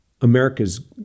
America's